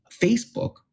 facebook